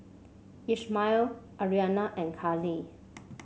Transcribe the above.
Ishmael Arianna and Callie